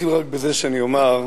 אז אני אתחיל רק בזה שאני אומר,